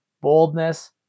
boldness